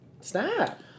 snap